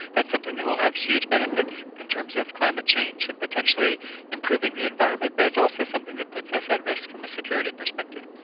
that's something that will have huge benefits in terms of climate change and potentially improving the environment, but it's also something that puts us at risk from a security perspective.